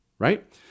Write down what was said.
right